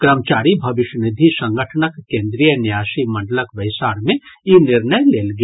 कर्मचारी भविष्य निधि संगठनक केन्द्रीय न्यासी मंडलक बैसार मे ई निर्णय लेल गेल